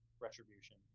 retribution